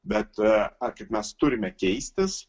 bet kaip mes turime keistis